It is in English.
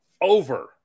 over